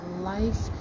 life